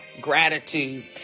gratitude